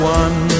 one